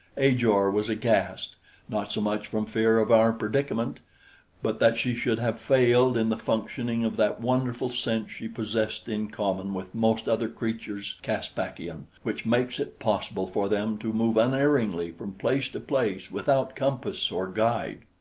ajor was aghast not so much from fear of our predicament but that she should have failed in the functioning of that wonderful sense she possessed in common with most other creatures caspakian, which makes it possible for them to move unerringly from place to place without compass or guide.